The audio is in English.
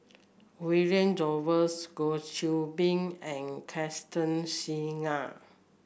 William Jervois Goh Qiu Bin and Constance Singam